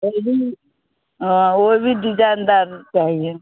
वह भी हाँ वह भी डिजाईनदार चाहिए